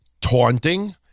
taunting